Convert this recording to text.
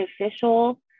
official